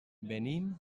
venim